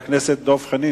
התשס"ט 2009,